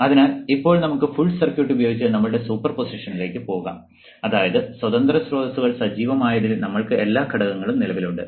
അതിനാൽ ഇപ്പോൾ നമുക്ക് ഫുൾ സർക്യൂട്ട് ഉപയോഗിച്ച് നമ്മുടെ സൂപ്പർ പൊസിഷനിലേക്ക് പോകാം അതായത് സ്വതന്ത്ര സ്രോതസ്സുകൾ സജീവമായതിനാൽ നമ്മൾക്ക് എല്ലാ ഘടകങ്ങളും നിലവിലുണ്ട്